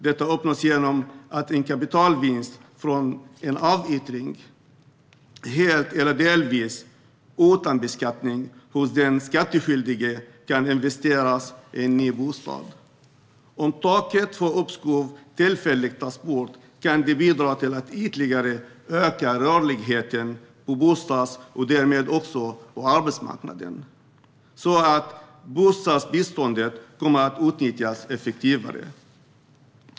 Detta uppnås genom att en kapitalvinst från en avyttring, helt eller delvis, utan beskattning hos den skattskyldige kan investeras i en ny bostad. Om taket för uppskov tillfälligt tas bort kan det bidra till att ytterligare öka rörligheten på bostads och därmed också på arbetsmarknaden så att bostadsbeståndet kan utnyttjas effektivare.